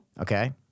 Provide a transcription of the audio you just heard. Okay